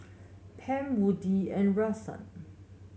Pam Woodie and Rahsaan